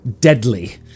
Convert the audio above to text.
deadly